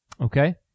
Okay